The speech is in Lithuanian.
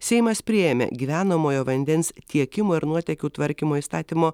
seimas priėmė gyvenamojo vandens tiekimo ir nuotekų tvarkymo įstatymo